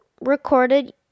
recorded